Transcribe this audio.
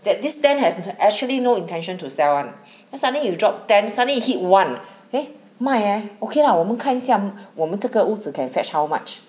that this ten has actually no intention to sell one suddenly you drop ten suddenly you hit one eh 卖 eh okay lah 我们看一下我们这个屋子 can fetch how much